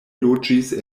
loĝis